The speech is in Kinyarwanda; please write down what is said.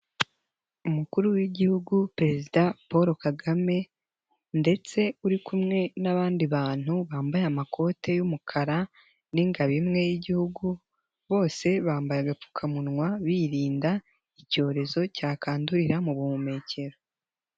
Umukuru w'Igihugu Perezida Paul Kagame ndetse uri kumwe n'abandi bantu bambaye amakoti y'umukara n'ingabo imwe y'igihugu, bose bambaye agapfukamunwa birinda icyorezo cyakandurira mu buhumekero.